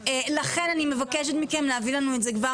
לכן אני מבקשת מכם להביא לנו את זה כבר